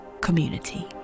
community